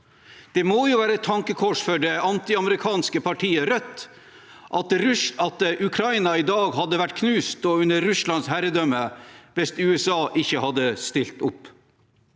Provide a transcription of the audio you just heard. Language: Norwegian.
Det må jo være et tankekors for det antiamerikanske partiet Rødt at Ukraina i dag hadde vært knust og under Russlands herredømme hvis USA ikke hadde stilt opp.